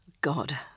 God